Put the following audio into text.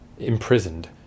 imprisoned